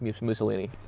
Mussolini